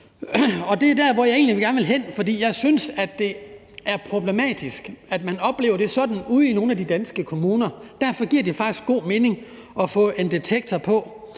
Det er der, hvor jeg egentlig gerne vil hen, for jeg synes, det er problematisk, at man oplever det sådan ude i nogle af de danske kommuner. Derfor giver det faktisk god mening at få en detektor på